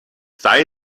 sei